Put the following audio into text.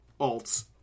alts